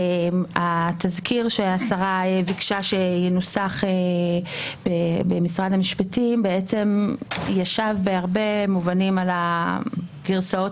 התזכיר שהשרה ביקשה שינוסח במשרד המשפטים ישב בהרבה מובנים על הגרסאות